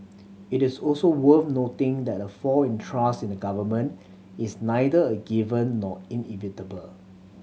it is also worth noting that a fall in trust in the Government is neither a given nor inevitable